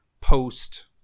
post